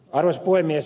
arvoisa puhemies